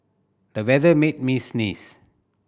the weather made me sneeze